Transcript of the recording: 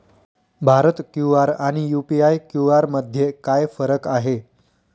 Bharat QR आणि UPI QR मध्ये काय फरक आहे?